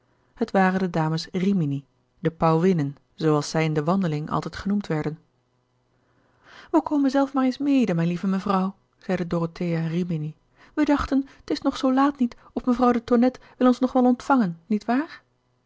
van mevrouw de tonnette dames rimini de pauwinnen zooals zij in de wandeling altijd genoemd werden wij komen zelf maar eens mede mijn lieve mevrouw zeide dorothea rimini wij dachten t is nog zoo laat niet of mevrouw de tonnette wil ons nog wel ontvangen niet waar